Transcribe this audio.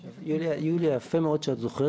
יוליה, יפה מאוד שאת זוכרת.